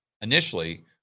initially